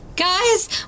guys